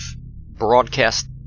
broadcast